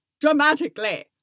dramatically